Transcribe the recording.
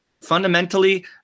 Fundamentally